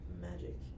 magic